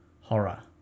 horror